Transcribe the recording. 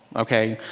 ok.